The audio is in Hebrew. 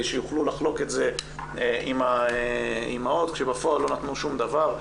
שיוכלו לחלוק את זה עם האימהות כשבפועל לא נתנו שום דבר.